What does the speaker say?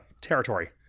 territory